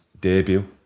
debut